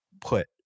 put